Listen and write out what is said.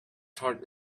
tart